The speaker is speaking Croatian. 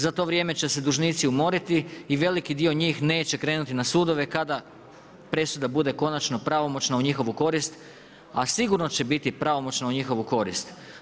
Za to vrijeme će se dužnici umoriti i veliki dio njih neće krenuti na sudove kada presuda bude konačno pravomoćna u njihovu korist, a sigurno će biti pravomoćna u njihovu korist.